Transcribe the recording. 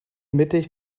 mittig